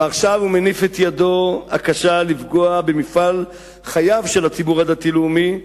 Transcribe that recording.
ועכשיו הוא מניף את ידו הקשה לפגוע במפעל חייו של הציבור הדתי-לאומי,